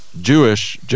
Jewish